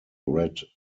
red